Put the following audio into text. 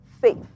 faith